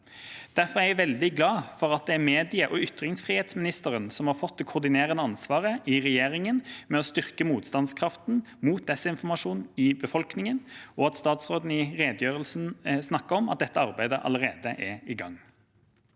Derfor er jeg veldig glad for at det er medie- og ytringsfrihetsministeren som har fått det koordinerende ansvaret i regjeringen med å styrke motstandskraften mot desinformasjon i befolkningen, og at statsråden i redegjørelsen snakket om at dette arbeidet allerede er i gang.